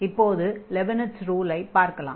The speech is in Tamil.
இப்போது லெபினிட்ஸ் ரூலை பார்க்கலாம்